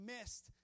missed